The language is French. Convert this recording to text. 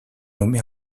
nommée